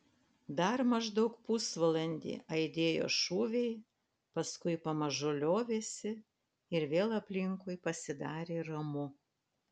dar maždaug pusvalandį aidėjo šūviai paskui pamažu liovėsi ir vėl aplinkui pasidarė ramu